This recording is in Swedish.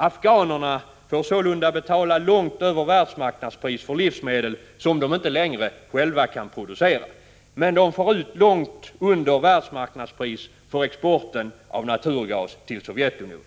Afghanerna får sålunda betala betydligt mer än världsmarknadspris för livsmedel som de inte längre kan producera själva, men de får ut mycket mindre än världsmarknadspris för exporten av naturgas till Sovjetunionen.